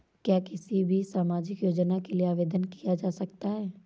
क्या किसी भी सामाजिक योजना के लिए आवेदन किया जा सकता है?